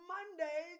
Monday